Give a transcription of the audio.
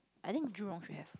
I think jurong have